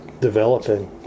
developing